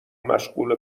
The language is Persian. مشغول